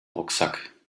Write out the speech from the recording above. rucksack